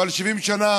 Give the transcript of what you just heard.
אבל 70 שנה